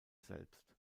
selbst